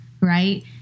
right